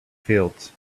fields